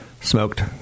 smoked